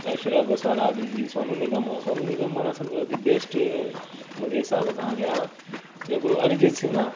या श्रेया घोषाल आहे अॼु जी सोनू निगम आहे सोनू निगम माना सम्झो दी बैस्ट मुंहिंजे हिसाबु सां या जेको अरिजीत सिंह आहे